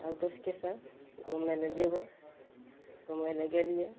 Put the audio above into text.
आओर दोस्तके साथ घूमय लए जेबय घूमय लए गेलियै